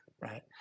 Right